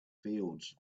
fields